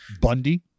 Bundy